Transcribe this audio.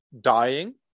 dying